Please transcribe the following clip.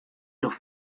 los